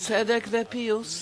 צדק ופיוס